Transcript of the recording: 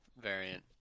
variant